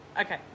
Okay